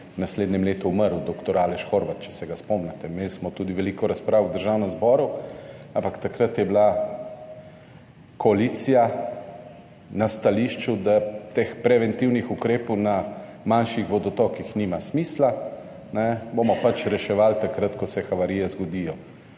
naslednjem letu umrl, doktor Aleš Horvat, če se ga spomnite - imeli smo tudi veliko razprav v Državnem zboru. Ampak takrat je bila koalicija na stališču, da teh preventivnih ukrepov na manjših vodotokih nima smisla, bomo pač reševali takrat, ko se havarije zgodijo.